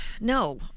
No